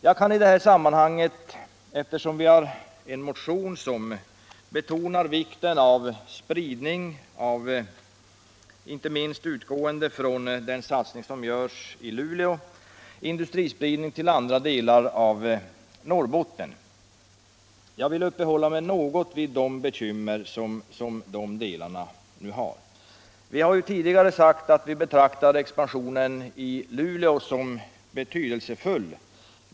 Vi har väckt en motion som betonar vikten av industrispridning, inte minst utgående från den satsning som görs i Luleå, till andra delar av Norrbotten. Jag vill uppehålla mig något vid de bekymmer som vissa länsdelar nu har. Vi har tidigare sagt att vi betraktar expansionen i Luleå som betydelsefull.